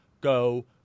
Go